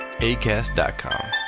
ACAST.COM